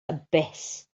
abyss